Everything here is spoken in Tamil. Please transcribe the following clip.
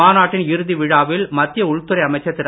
மாநாட்டின் இறுதி விழாவில் மத்திய உள்துறை அமைச்சர் திரு